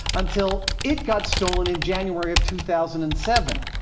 until it got stolen in january of two thousand and seven.